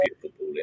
beautiful